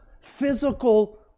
physical